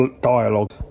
dialogue